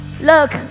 Look